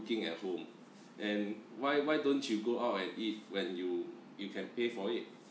cooking at home and why why don't you go out and eat when you you can pay for it